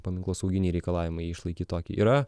paminklosauginiai reikalavimai jį išlaikyt tokį yra